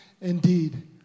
indeed